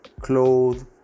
Clothes